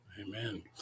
amen